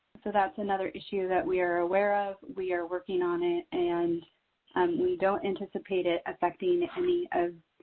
so that's another issue that we're aware of. we are working on it and we don't anticipate it affecting any of,